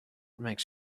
makes